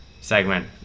segment